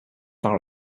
far